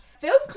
Film